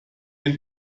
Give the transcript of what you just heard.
den